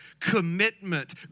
Commitment